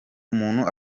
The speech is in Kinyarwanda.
umuntu